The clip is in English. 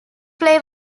play